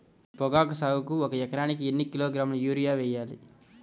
పొగాకు సాగుకు ఒక ఎకరానికి ఎన్ని కిలోగ్రాముల యూరియా వేయాలి?